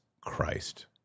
Christ